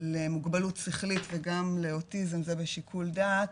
למוגבלות שכלית וגם לאוטיזם זה בשיקול דעת,